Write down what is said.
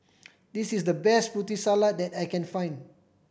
this is the best Putri Salad that I can find